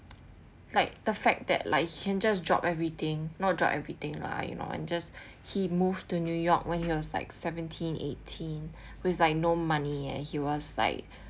like the fact that like he can just drop everything not drop everything lah you know and just he moved to new york when he was like seventeen eighteen was like no money and he was like